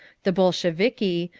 the bolsheviki,